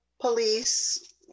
Police